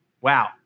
Wow